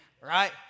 Right